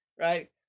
right